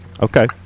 Okay